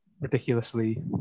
ridiculously